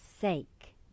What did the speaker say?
sake